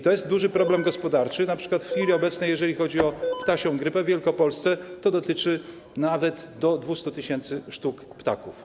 To jest duży problem gospodarczy, np. w chwili obecnej, jeżeli chodzi o ptasią grypę w Wielkopolsce, dotyczy to nawet do 200 tys. sztuk ptaków.